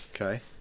Okay